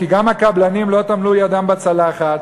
כי גם הקבלנים לא טמנו ידם בצלחת,